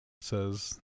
says